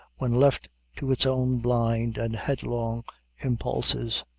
when left to its own blind and headlong impulses.